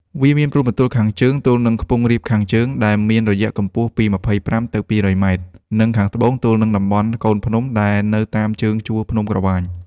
វាមានព្រំប្រទល់ខាងជើងទល់នឹងខ្ពង់រាបខាងជើង ដែលមានរយៈកម្ពស់ពី ២៥ ទៅ ២០០ ម៉ែត្រ និងខាងត្បូងទល់នឹងតំបន់កូនភ្នំដែលនៅតាមជើងជួរភ្នំក្រវាញ។